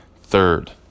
Third